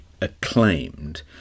acclaimed